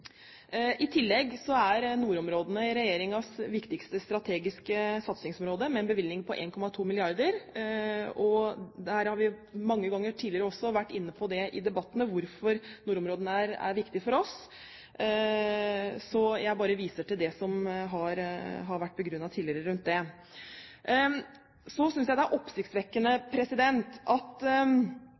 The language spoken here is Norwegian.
I tillegg er nordområdene regjeringens viktigste strategiske satsingsområde, med en bevilgning på 1,2 mrd. kr. Vi har mange ganger tidligere også vært inne på i debattene hvorfor nordområdene er viktig for oss, så jeg bare viser til det som har vært begrunnet tidligere rundt det. Så synes jeg det er oppsiktsvekkende at